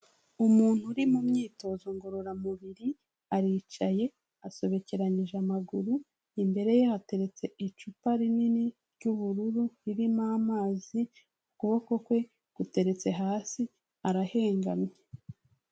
Umuntu uri mu myitozo ngororamubiri aricaye asobekeranije amaguru, imbere ye hateretse icupa rinini ry'ubururu ririmo amazi ukuboko kwe guteretse hasi arahengamye.